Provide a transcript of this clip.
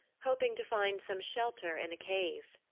hoping to find some shelter in a cave.